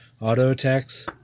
auto-attacks